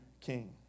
king